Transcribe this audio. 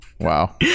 wow